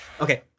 Okay